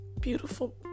beautiful